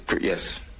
Yes